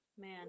Man